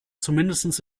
zumindest